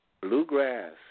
Bluegrass